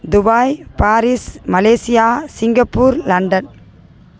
Dubai Paris Malaysia Singapore London